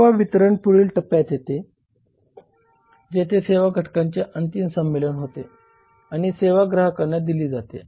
सेवा वितरण पुढील टप्प्यात आहे जेथे सेवा घटकांचे अंतिम संमेलन होते आणि सेवा ग्राहकांना दिली जाते